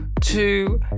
two